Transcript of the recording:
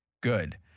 Good